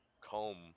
Comb